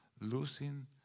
losing